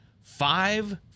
five